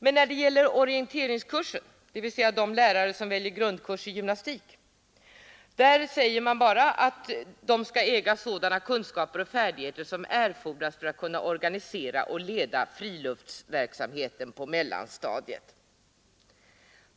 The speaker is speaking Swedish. Men när det gäller orienteringskursen, dvs. de lärarkandidater som väljer grundkurs i musik, säger man bara att de skall äga sådana kunskaper och färdigheter i gymnastik som erfordras för att kunna organisera och leda friluftsverksamheten på mellanstadiet.